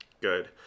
Good